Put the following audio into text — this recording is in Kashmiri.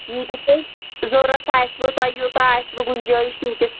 ییٖتِس تۄہہِ ضروٗرَت آسِوُ تۄہہِ یوٗتاہ آسِوُ گُنجٲیِش تیٖتِس